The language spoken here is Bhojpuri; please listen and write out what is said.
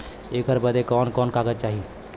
ऐकर बदे कवन कवन कागज चाही?